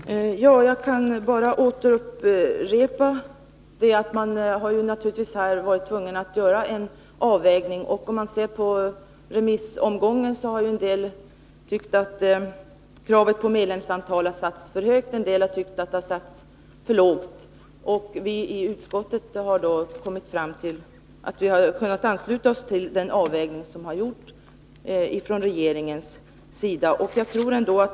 Fru talman! Jag kan bara upprepa att vi naturligtvis har varit tvungna att göra en avvägning. Om man ser på remissomgången, visar det sig att en del tycker att kravet på medlemsantal har satts för högt och en del att det satts för lågt. Vi i utskottet har då kommit fram till att vi kan ansluta oss till den avvägning som gjorts från regeringens sida.